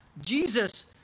Jesus